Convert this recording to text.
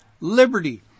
Liberty